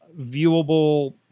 viewable